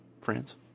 France